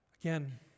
again